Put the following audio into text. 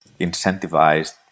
incentivized